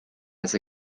has